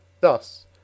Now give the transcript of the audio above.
Thus